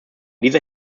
dieser